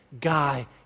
guy